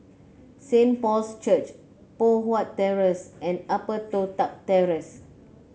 Saint Paul's Church Poh Huat Terrace and Upper Toh Tuck Terrace